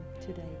today